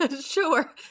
Sure